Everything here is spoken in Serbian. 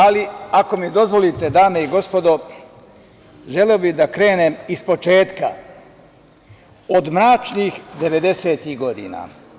Ali, ako mi dozvolite, dame i gospodo, želeo bih da krenem iz početka, od mračnih 90-ih godina.